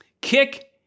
kick